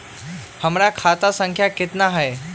हमर खाता संख्या केतना हई?